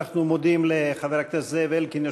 אנחנו מודים לחבר הכנסת זאב אלקין,